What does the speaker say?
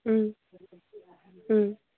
ꯎꯝ ꯎꯝ